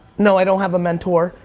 no i don't have a mentor,